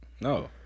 no